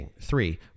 three